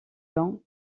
bains